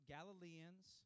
Galileans